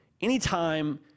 Anytime